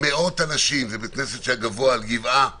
מאות אנשים בית כנסת גבוה על גבעה